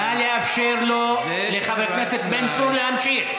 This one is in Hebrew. נא לאפשר לחבר הכנסת בן צור להמשיך.